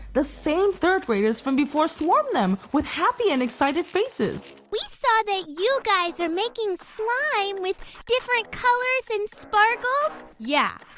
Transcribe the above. the same third graders from before swarm them with happy and excited faces. we saw that you guys are making slime with different colors and sparkles. yeah,